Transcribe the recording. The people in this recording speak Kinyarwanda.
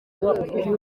cyabereyemo